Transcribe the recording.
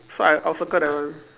so I I'll circle that one